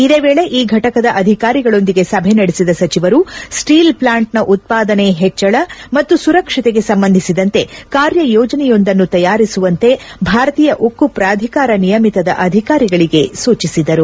ಇದೇ ವೇಳೆ ಈ ಘಟಕದ ಅಧಿಕಾರಿಗಳೊಂದಿಗೆ ಸಭೆ ನಡೆಸಿದ ಸಚಿವರು ಸ್ಷೀಲ್ ಪ್ಲಾಂಟ್ನ ಉತ್ಪಾದನೆ ಹೆಚ್ಚಳ ಮತ್ತು ಸುರಕ್ಷತೆಗೆ ಸಂಬಂಧಿಸಿದಂತೆ ಕಾರ್ಯಯೋಜನೆಯೊಂದನ್ನು ತಯಾರಿಸುವಂತೆ ಭಾರತೀಯ ಉಕ್ಕು ಪ್ರಾಧಿಕಾರ ನಿಯಮಿತದ ಅಧಿಕಾರಿಗಳಿಗೆ ಸೂಚಿಸಿದರು